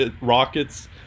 Rockets